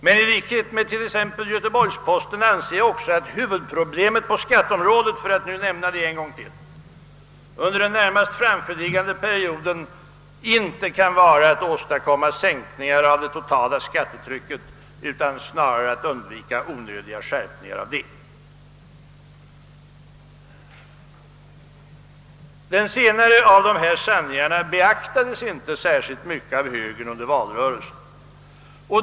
Men i likhet med t.ex. Göteborgsposten anser jag att huvudproblemet på skatteområdet — för att nu nämna det en gång till — under den närmast framförliggande perioden inte kan vara att åstadkomma sänkningar av det totala skattetrycket utan snarare att undvika onödiga skärpningar av detta. Den senare av dessa sanningar beaktades inte särskilt mycket av högern under valrörelsen.